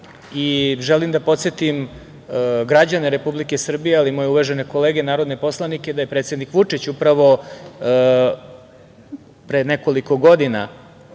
i želim da podsetim građane Srbije i moje uvažene kolege narodne poslanike da je predsednik Vučić upravo pre nekoliko godina